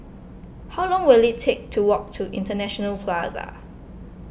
how long will it take to walk to International Plaza